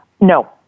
No